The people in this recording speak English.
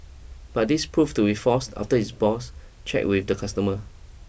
but this proved to be false after his boss checked with the customers